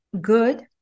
good